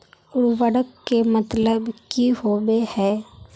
उर्वरक के मतलब की होबे है?